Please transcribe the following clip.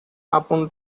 upon